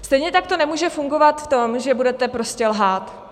Stejně tak to nemůže fungovat v tom, že budete prostě lhát.